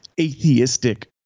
atheistic